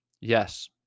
Yes